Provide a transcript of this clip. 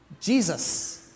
Jesus